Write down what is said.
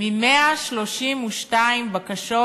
מ-132 בקשות